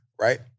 right